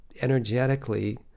energetically